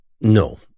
no